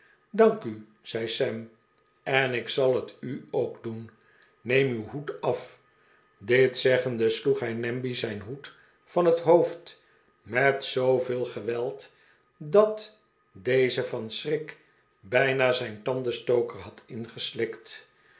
dank u zei sam en ik zal het u ook doen neem uw hoed af dit zeggende sloeg hij namby zijn hoed van het hoofd met zobveel geweld dat deze van schrik bijna zijn tandenstoker had ingeslikt